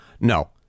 no